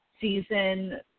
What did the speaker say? season